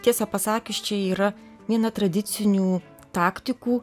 tiesą pasakius čia yra viena tradicinių taktikų